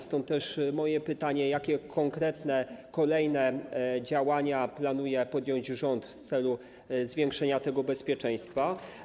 Stąd też moje pytanie: Jakie konkretnie kolejne działania planuje podjąć rząd w celu zwiększenia poziomu bezpieczeństwa?